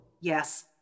Yes